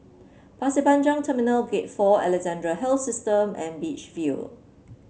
Pasir Panjang Terminal Gate Four Alexandra Health System and Beach View